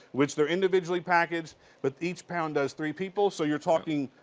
which they're individually packaged but each pound does three people. so you're talking